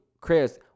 Chris